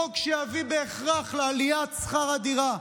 חוק שיביא בהכרח לעליית שכר הדירה,